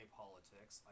politics